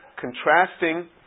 contrasting